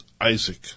Isaac